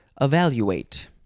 evaluate